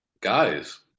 guys